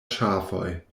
ŝafoj